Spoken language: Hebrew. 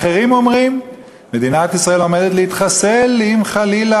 אחרים אומרים שמדינת ישראל עומדת להתחסל אם חלילה